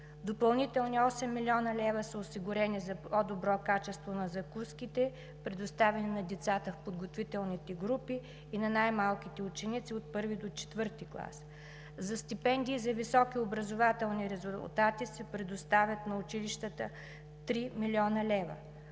Допълнителни 8 млн. лв. са осигурени за по-добро качество на закуските, предоставяни на децата в подготвителните групи и на най-малките ученици от І до ІV клас. За стипендии за високи образователни резултати на училищата се предоставят